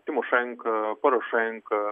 tymošenka parošenka